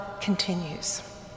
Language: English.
continues